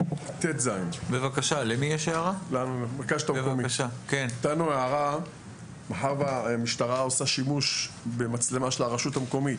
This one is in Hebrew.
10טז. מאחר והמשטרה עושה שימוש במצלמה של הרשות המקומית